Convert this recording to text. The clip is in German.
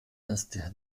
ist